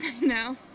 No